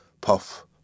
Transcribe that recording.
puff